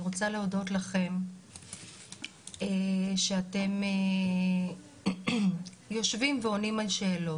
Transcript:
אני רוצה להודות לכם שאתם יושבים ועונים על שאלות.